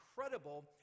incredible